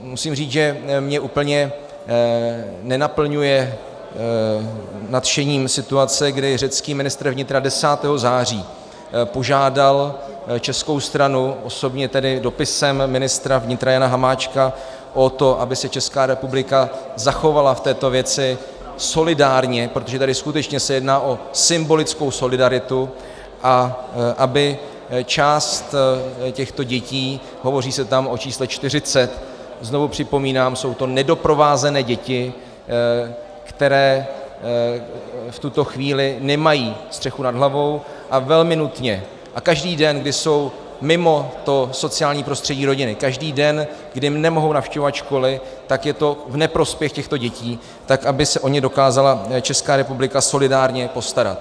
Musím říct, že mě úplně nenaplňuje nadšením situace, kdy řecký ministr vnitra 10. září požádal českou stranu, osobně tedy dopisem ministra vnitra Jana Hamáčka, o to, aby se Česká republika zachovala v této věci solidárně protože tady se skutečně jedná o symbolickou solidaritu a aby část těchto dětí, hovoří se tam o čísle 40 znovu připomínám, jsou to nedoprovázené děti, které v tuto chvíli nemají střechu nad hlavou a velmi nutně, a každý den, kdy jsou mimo sociální prostředí rodiny, každý den, kdy nemohou navštěvovat školy, tak je to v neprospěch těchto dětí tak aby se o ně dokázala Česká republika solidárně postarat.